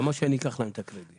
למה שאני אקח להם את הקרדיט?